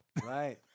Right